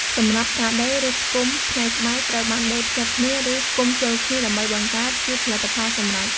សម្រាប់ការដេរ ឬផ្គុំ ផ្នែកស្បែកត្រូវបានដេរភ្ជាប់គ្នា ឬផ្គុំចូលគ្នាដើម្បីបង្កើតជាផលិតផលសម្រេច។